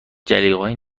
جلیقههای